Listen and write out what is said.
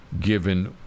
given